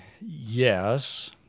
Yes